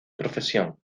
profesión